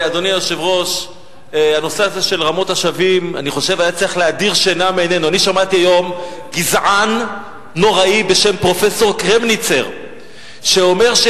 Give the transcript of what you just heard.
אלא ראש הממשלה צריך לעקוב שהדברים האלה יבוצעו במסגרת ועדת